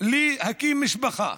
אם להקים משפחה,